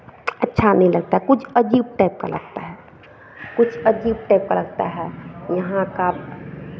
अच्छा नहीं लगता है कुछ अजीब टाइप का लगता है कुछ अजीब टाइप का लगता है यहाँ का